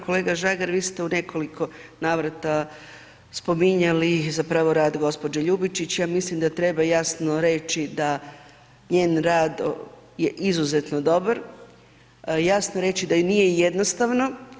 Kolega Žagar, vi ste u nekoliko navrata spominjali rad gospođe Ljubičić, ja mislim da treba jasno reći da njen rad je izuzetno dobar, jasno reći da joj nije jednostavno.